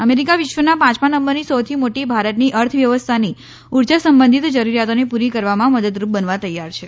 America વિશ્વના પાંચમાં નંબરની સૌથી મોટી ભારતની અર્થ વ્યવસ્થાની ઉર્જા સંબંધિત જરૂરીયાતોને પુરી કરવામાં મદદરૂપ બનવા તૈયાર છે